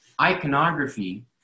iconography